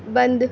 بند